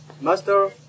Master